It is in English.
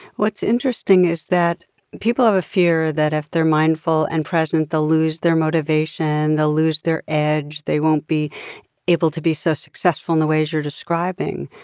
what's interesting is that people have a fear that if they're mindful and present, they'll lose their motivation. they'll lose their edge. they won't be able to be so successful in the ways you're describing.